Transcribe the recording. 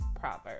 proverb